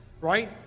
right